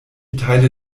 teile